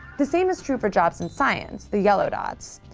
the same is true for jobs in science. the yellow dots.